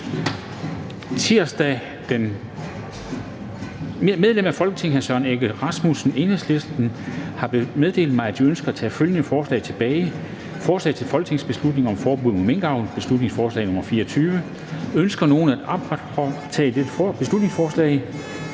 regne. Medlem af Folketinget hr. Søren Egge Rasmussen (EL) har meddelt mig, at han ønsker at tage følgende forslag tilbage: Forslag til folketingsbeslutning om forbud mod minkavl. (Beslutningsforslag nr. B 24). Ønsker nogen at optage dette beslutningsforslag?